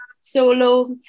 solo